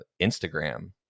instagram